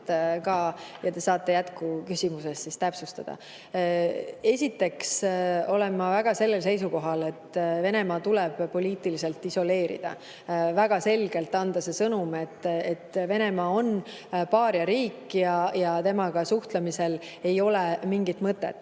Te saate jätkuküsimuses täpsustada. Esiteks olen ma väga sellel seisukohal, et Venemaa tuleb poliitiliselt isoleerida, väga selgelt anda sõnum, et Venemaa on paariariik ja temaga suhtlemisel ei ole mingit mõtet.